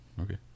Okay